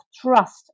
trust